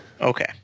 Okay